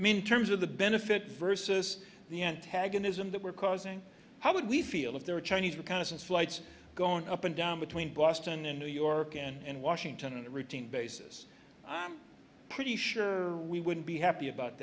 i mean in terms of the benefit versus the antagonism that we're causing how would we feel if there were chinese reconnaissance flights going up and down between boston and new york and washington and routine basis i'm pretty sure we wouldn't be happy about